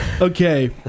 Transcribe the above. Okay